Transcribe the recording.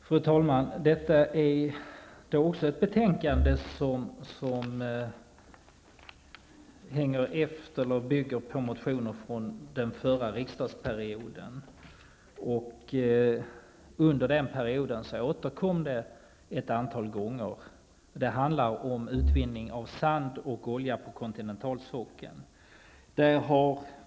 Fru talman! Detta betänkande bygger också på motioner från den förra riksmötesperioden. Under denna period återkom dessa motioner ett antal gånger. Betänkandet handlar om utvinning av sand och olja på kontinentalsockeln.